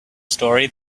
story